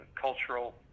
cultural